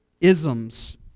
isms